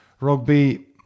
rugby